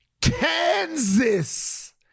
Kansas